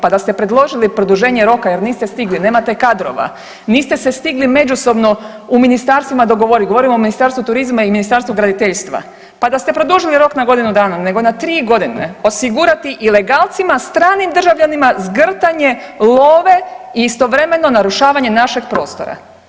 Pa da ste predložili produženje roka jer niste stigli, nemate kadrova, niste se stigli međusobno u ministarstvima dogovoriti, govorim o Ministarstvu turizma i Ministarstvu graditeljstva, pa da ste produžili rok na godinu dana, nego na 3 godine osigurati ilegalcima stranim državljanima zgrtanje love i istovremeno narušavanje našeg prostora.